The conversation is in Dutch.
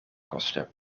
kosten